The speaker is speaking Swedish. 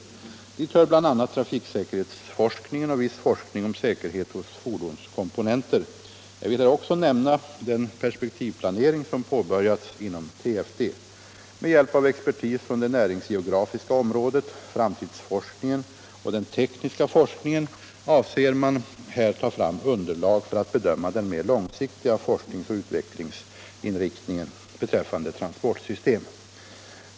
Dit hör bl.a. trafiksäkerhetsforskningen och viss forskning om säkerhet hos fordonskomponenter. Jag vill här också nämna den perspektivplanering som påbörjats inom TFD. Med hjälp av expertis från det näringsgeografiska området, framtidsforskningen och den tekniska forskningen avser man här ta fram underlag för att bedöma den mer långsiktiga forskningsoch utvecklingsinriktningen beträffande transportsystem.